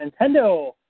Nintendo